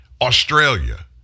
Australia